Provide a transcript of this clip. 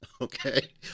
Okay